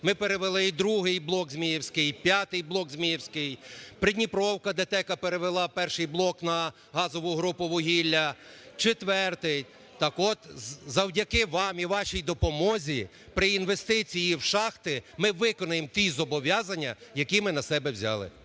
ми перевели і другий блок Зміївський і п'ятий блок Зміївський. Придніпровська ДТЕК перевела перший блок на газову групу вугілля. Четвертий. Так от, завдяки вам і вашій допомозі, при інвестиції в шахти ми виконаємо ті зобов'язання, які ми на себе взяли.